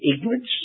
ignorance